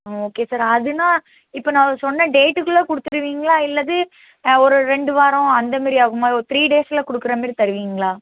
ஆ okay sir அதன் னா இப்போ நான் சொன்ன டேட்டுக்குள்ளே கொடுத்துருவீங்களா இல்லது ஒரு ரெண்டு வாரம் அந்தமாரி ஆகுமா ஒரு த்ரீ டேஸில் கொடுக்குறமாரி தருவீங்களா